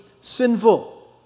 sinful